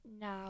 now